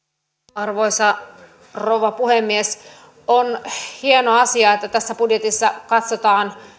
arvoisa rouva puhemies on hieno asia että tässä budjetissa katsotaan